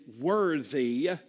worthy